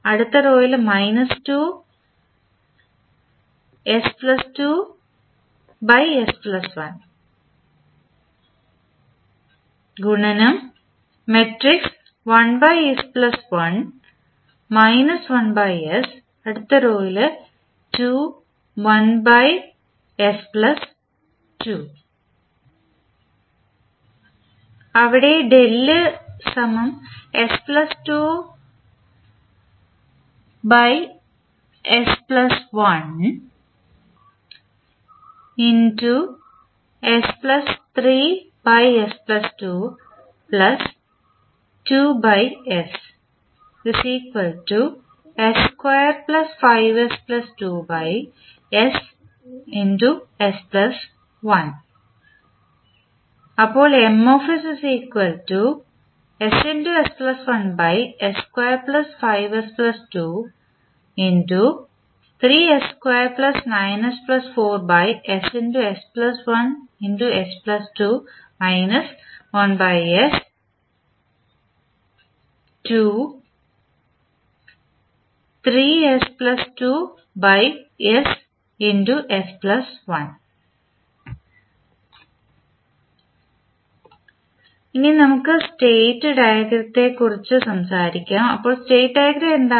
അവിടെ അപ്പോൾ ഇനി നമുക്ക് സ്റ്റേറ്റ് ഡയഗ്രാമിനെക്കുറിച്ച് സംസാരിക്കാം അപ്പോൾ സ്റ്റേറ്റ് ഡയഗ്രം എന്താണ്